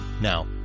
Now